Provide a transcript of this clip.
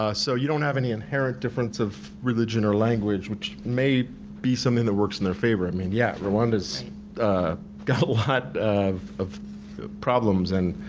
ah so you don't have any inherent difference of religion or language, which may be something that works in their favor. i mean yeah, rwanda's got a lot of of problems and